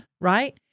Right